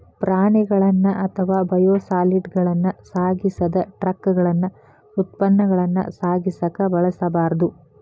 ಪ್ರಾಣಿಗಳನ್ನ ಅಥವಾ ಬಯೋಸಾಲಿಡ್ಗಳನ್ನ ಸಾಗಿಸಿದ ಟ್ರಕಗಳನ್ನ ಉತ್ಪನ್ನಗಳನ್ನ ಸಾಗಿಸಕ ಬಳಸಬಾರ್ದು